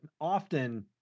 often